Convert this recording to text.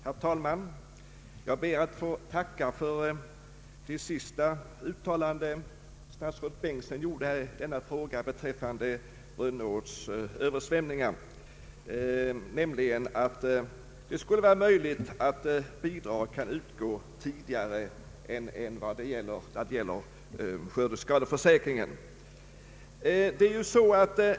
Herr talman! Jag ber att få tacka statsrådet Bengtsson för hans senaste uttalande beträffande Rönneåns översvämningar, nämligen att det kanske kan bli möjligt för de drabbade markägarna att snabbare utfå bidrag från naturkatastrofanslaget än från skördeskadeförsäkringen.